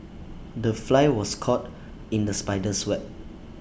the fly was caught in the spider's web